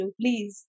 please